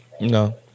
no